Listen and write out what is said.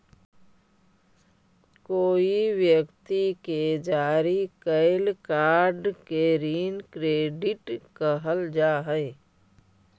कोई व्यक्ति के जारी कैल कार्ड के ऋण क्रेडिट कहल जा हई